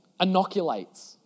inoculates